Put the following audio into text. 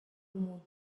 umuntu